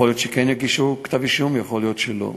יכול להיות שכן יגישו כתב-אישום ויכול להיות שלא.